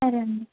సరే అండి